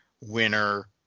winner